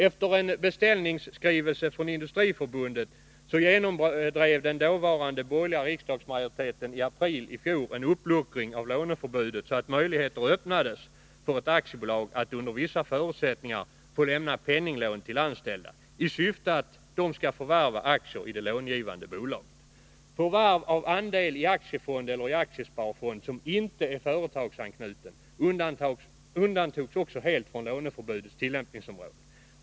Efter en beställningsskrivelse från Industriförbundet genomdrev den dåvarande borgerliga riksdagsmajoriteten i april i fjol en uppluckring av låneförbudet, så att möjligheter öppnades för ett aktiebolag att under vissa förutsättningar få lämna penninglån till anställda i syfte att de skall förvärva aktier i det lånegivande bolaget. Förvärv av andel i aktiefond eller i aktiesparfond som inte är företagsanknuten undantogs också helt från låneförbudets tillämpningsområde.